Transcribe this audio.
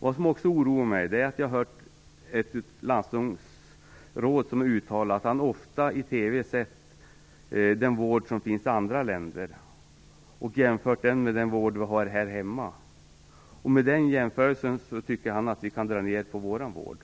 Vad som också oroar mig är att ett landstingsråd har uttalat i TV att han ofta har sett den vård som finns i andra länder. Jämfört med den vård som vi har här hemma tycker han att vi kan dra ned på vården här.